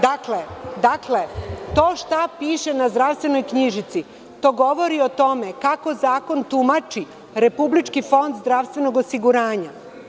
Dakle, to šta piše na zdravstvenoj knjižici, to govori o tome kako zakon tumači Republički fond zdravstvenog osiguranja.